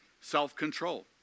self-control